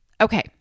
okay